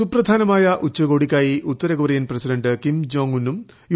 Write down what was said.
സുപ്രധാനമായ ഉച്ചകോടിയ്ക്കായി ഉത്തരകൊറിയൻ പ്രസിഡന്റ് കിംഗ് ജോങ് ഉന്നും യു